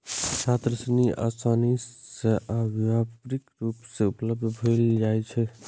छात्र ऋण आसानी सं आ व्यापक रूप मे उपलब्ध भए जाइ छै